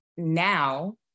Now